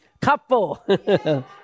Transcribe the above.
couple